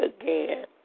again